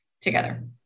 together